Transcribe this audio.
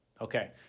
Okay